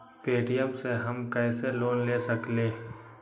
Paytm से हम कईसे लोन ले सकीले?